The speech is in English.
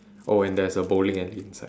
oh and there's a bowling alley inside